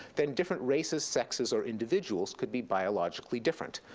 then different races, sexes, or individuals could be biologically different.